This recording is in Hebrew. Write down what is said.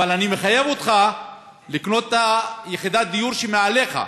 אבל אני מחייב אותך לקנות את יחידת הדיור שמעליך.